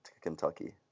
Kentucky